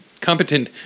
competent